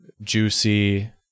Juicy